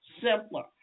simpler